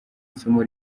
isomo